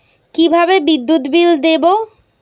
কিভাবে বিদ্যুৎ বিল দেবো?